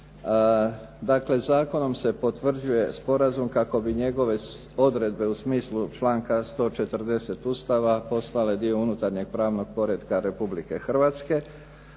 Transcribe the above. Dakle, zakonom se potvrđuje sporazum kako bi njegove odredbe u smislu članka 140. Ustava postale dio unutarnjeg pravnog poretka Republike Hrvatske